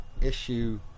issue